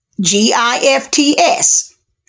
G-I-F-T-S